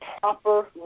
proper